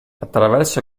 attraverso